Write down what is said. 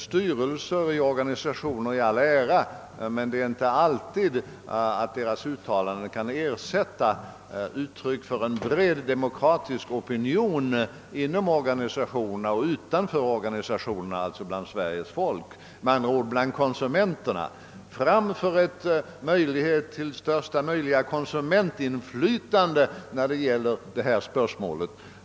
Styrelser i organisationer i all ära, men deras uttalanden kan inte alltid ersätta uttryck för en bred demokratisk opinion inom organisationerna och utanför organisatio nerna, alltså bland Sveriges folk, med andra ord bland konsumenterna. Fram för största möjliga konsumentinflytande i det här spörsmålet!